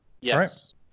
Yes